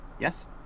Yes